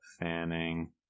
Fanning